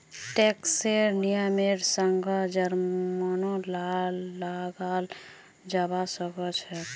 टैक्सेर नियमेर संगअ जुर्मानो लगाल जाबा सखछोक